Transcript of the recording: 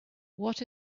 what